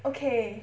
okay